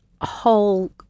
whole